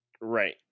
Right